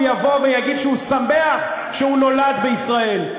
יבוא ויגיד שהוא שמח שהוא נולד בישראל.